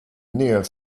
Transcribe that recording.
near